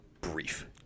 brief